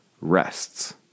rests